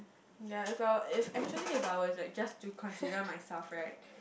yea if I were if actually if I were like just do consider myself right